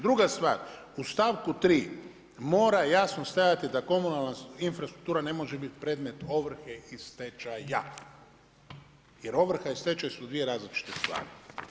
Druga stvar, u stavku 3. mora jasno stajati da komunalna infrastruktura ne može biti predmet ovrhe i stečaja jer ovrha i stečaj su dvije različite stvari.